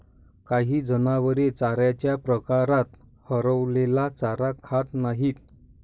काही जनावरे चाऱ्याच्या प्रकारात हरवलेला चारा खात नाहीत